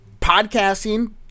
podcasting